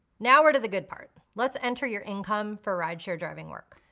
now we're to the good part. let's enter your income for rideshare driving work.